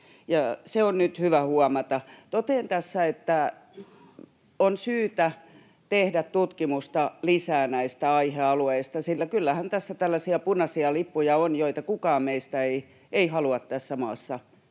Se on nyt hyvä huomata. Totean tässä, että on syytä tehdä tutkimusta lisää näistä aihealueista, sillä kyllähän tässä on tällaisia punaisia lippuja, joita kukaan meistä ei halua tässä maassa